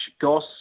Goss